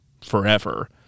forever